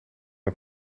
een